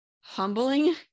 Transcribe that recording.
humbling